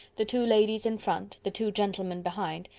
the two ladies in front, the two gentlemen behind,